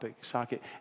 socket